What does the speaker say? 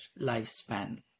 lifespan